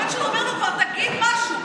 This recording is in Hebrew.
הבן שלו אומר: כבר תגיד משהו.